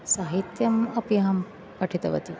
साहित्यम् अपि अहं पठितवती